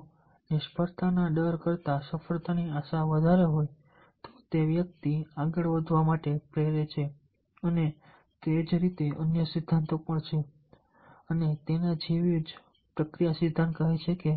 જો નિષ્ફળતાના ડર કરતાં સફળતાની આશા વધારે હોય તો તે વ્યક્તિને આગળ વધવા માટે પ્રેરે છે અને તે જ રીતે અન્ય સિદ્ધાંતો પણ છે અને તેના જેવી પ્રક્રિયા સિદ્ધાંત કહે છે કે